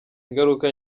ingaruka